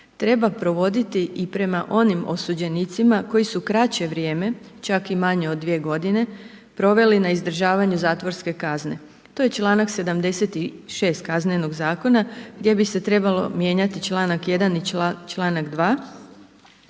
treba provoditi i prema onim osuđenicima koji su kraće vrijeme, čak i manje od dvije godine proveli na izdržavanju zatvorske kazne. To je čl. 76. Kaznenog zakona gdje bi se trebalo mijenjati čl. 1. i čl. 2.